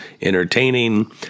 entertaining